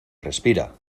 respira